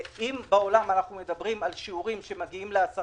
אם בעולם אנחנו מדברים על שיעורים שמגיעים ל-10%,